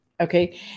Okay